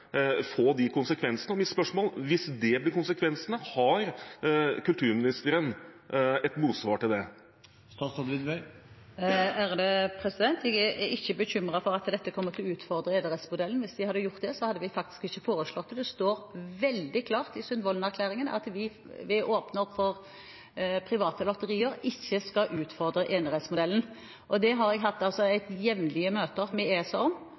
motsvar til det? Jeg er ikke bekymret for at dette kommer til å utfordre enerettsmodellen. Hvis det hadde gjort det, hadde vi faktisk ikke foreslått det. Det står veldig klart i Sundvolden-erklæringen at det at vi åpner opp for private lotterier, ikke skal utfordre enerettsmodellen. Det har jeg hatt jevnlige møter med ESA om.